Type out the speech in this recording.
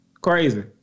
Crazy